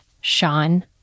Sean